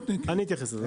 למדיניות אני אתייחס.